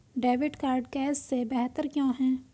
Debit card cash से बेहतर क्यों है?